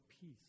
peace